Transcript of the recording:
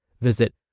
Visit